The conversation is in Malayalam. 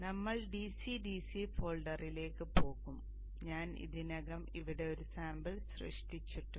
നമ്മൾ DC Dc ഫോൾഡറിലേക്ക് പോകും ഞാൻ ഇതിനകം ഇവിടെ ഒരു സാമ്പിൾ സൃഷ്ടിച്ചിട്ടുണ്ട്